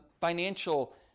financial